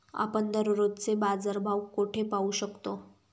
आपण दररोजचे बाजारभाव कोठे पाहू शकतो?